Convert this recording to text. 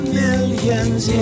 millions